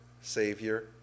Savior